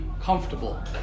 comfortable